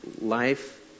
life